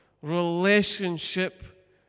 relationship